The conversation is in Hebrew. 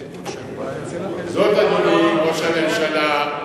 זאת, אדוני ראש הממשלה,